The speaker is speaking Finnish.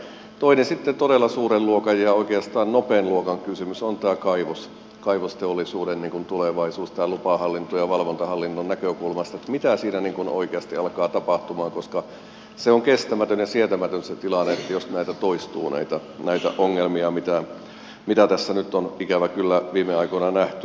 toinen sitten todella suuren luokan ja oikeastaan nopean luokan kysymys on tämä kaivosteollisuuden tulevaisuus lupahallinnon ja valvontahallinnon näkökulmasta mitä siinä oikeasti alkaa tapahtua koska se tilanne on kestämätön ja sietämätön jos näitä ongelmia toistuu mitä tässä nyt on ikävä kyllä viime aikoina nähty